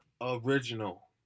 original